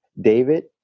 David